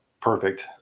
perfect